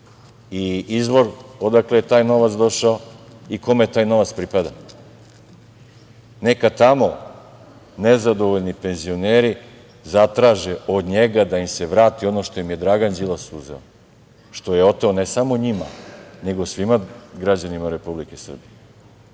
i izvor odakle je taj novac došao i kome taj novac pripada. Neka tamo nezadovoljni penzioneri zatraže od njega da im se vrati ono što im je Dragan Đilas uzeo, što im je oteo, ne samo njima, nego svima građanima Republike Srbije.